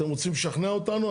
אתם רוצים לשכנע אותנו?